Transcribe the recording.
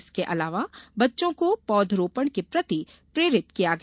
इसके अलावा बच्चों को पौधरोपण के प्रति प्रेरित किया गया